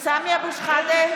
בהצבעה סמי אבו שחאדה,